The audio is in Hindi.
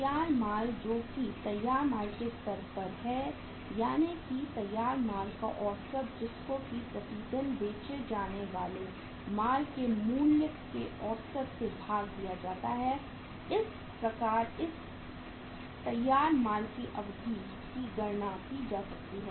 तैयार माल जो कि तैयार माल के स्तर पर है यानी कि तैयार माल का औसत जिसको की प्रतिदिन बेचे जाने वाले माल के मूल्य के औसत से भाग दिया जाता है इस प्रकार से तैयार माल की अवधि की गणना की जा सकती है